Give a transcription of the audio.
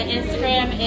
Instagram